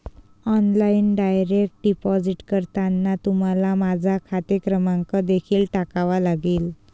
online direct deposit करताना तुम्हाला माझा खाते क्रमांक देखील टाकावा लागेल